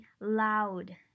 loud